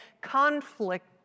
conflict